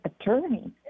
attorney